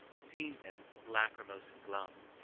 seeing them lacrymose and glum,